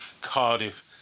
Cardiff